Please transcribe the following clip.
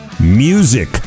Music